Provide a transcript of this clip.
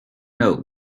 note